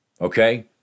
Okay